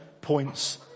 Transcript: points